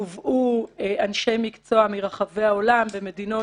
הובאו אנשי מקצוע מרחבי העולם במדינות